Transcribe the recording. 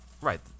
right